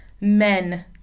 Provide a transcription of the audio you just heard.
men